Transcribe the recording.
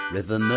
River